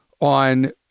on